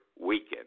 weaken